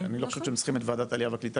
שאתן לא צריכות את ועדת העלייה והקליטה